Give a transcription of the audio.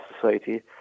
Society